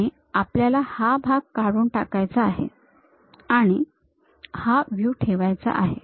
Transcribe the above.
आणि आपल्याला हा भाग काढून टाकायचा आहे आणि हा व्ह्यू ठेवायचा आहे